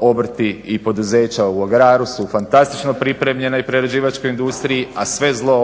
obrti i poduzeća u agraru su fantastično pripremljena i prerađivačkoj industriji, a sve zlo